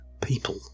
people